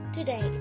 Today